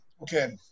Okay